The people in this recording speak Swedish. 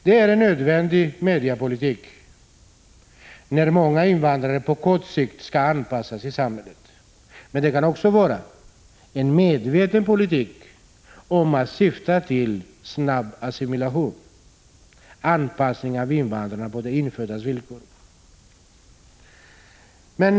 Det är en nödvändig mediapolitik när många invandrare på kort sikt skall anpassas i samhället, men det kan också vara en medveten politik om man syftar till snabb assimilation, anpassning av invandrarna på de inföddas villkor.